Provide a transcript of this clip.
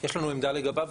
יש לנו עמדה לגביו,